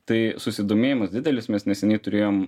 tai susidomėjimas didelis mes neseniai turėjom